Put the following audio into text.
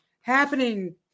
happening